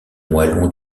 moellon